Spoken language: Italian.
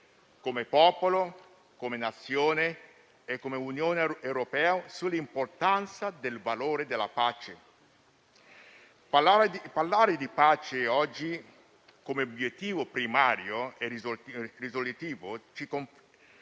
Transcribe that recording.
come popolo, come Nazione e come Unione europea sull'importanza del valore della pace. Parlare di pace oggi come obiettivo primario e risolutivo del conflitto